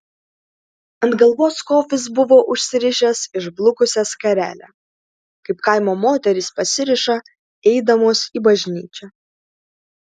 ant galvos kofis buvo užsirišęs išblukusią skarelę kaip kaimo moterys pasiriša eidamos į bažnyčią